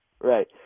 Right